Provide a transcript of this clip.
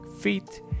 feet